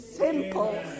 simple